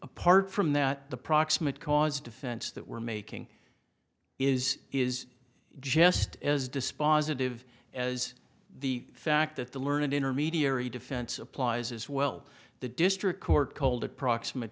apart from that the proximate cause defense that we're making is is just as dispositive as the fact that the learned intermediary defense applies as well the district court cold approximate